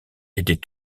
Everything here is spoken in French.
était